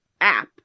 App